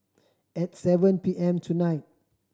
at seven P M tonight